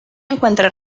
encuentra